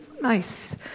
nice